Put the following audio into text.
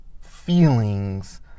feelings